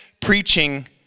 preaching